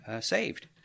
saved